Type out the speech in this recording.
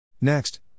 Next